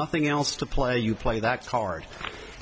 nothing else to play you play that card